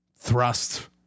thrust